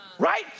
Right